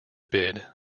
bid